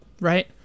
right